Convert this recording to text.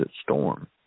Storm